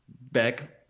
back